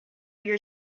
your